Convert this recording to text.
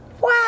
Wow